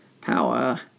power